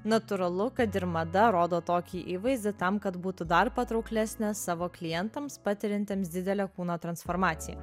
natūralu kad ir mada rodo tokį įvaizdį tam kad būtų dar patrauklesnė savo klientams patiriantiems didelę kūno transformaciją